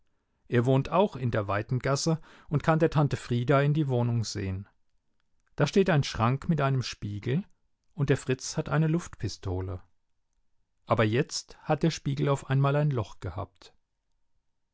er wohnt auch in der weiten gasse und kann der tante frieda in die wohnung sehen da steht ein schrank mit einem spiegel und der fritz hat eine luft pistole aber jetzt hat der spiegel auf einmal ein loch gehabt